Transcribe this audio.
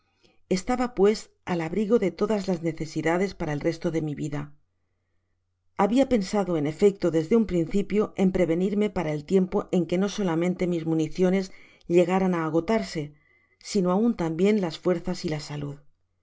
estaba pues al abrigo de todas las necesidades para el resto de mi vida habia pensado en efecto desde un principio en prevenirme para el tiempo en que no solamente mis municiones llegaran á agotarse sino ann tambien las fuerzas y la salud sin